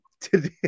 today